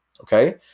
Okay